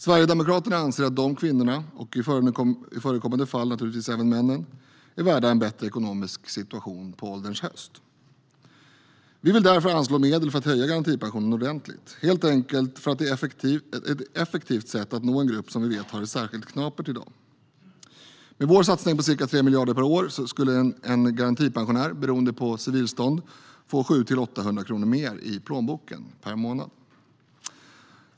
Sverigedemokraterna anser att de kvinnorna, och i förekommande fall naturligtvis även männen, är värda en bättre ekonomisk situation på ålderns höst. Vi vill därför anslå medel för att höja garantipensionen ordentligt. Det är helt enkelt ett effektivt sätt att nå en grupp som vi vet har det särskilt knapert i dag. Med vår satsning på ca 3 miljarder per år skulle en garantipensionär, beroende på civilstånd, få 700-800 kronor mer i plånboken per månad.